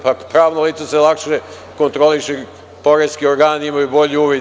Pa, pravno lice se lakše kontroliše, poreski organi imaju bolji uvid.